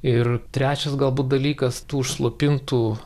ir trečias galbūt dalykas tų užslopintų